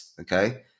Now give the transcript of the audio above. okay